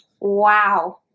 Wow